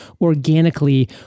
organically